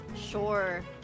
Sure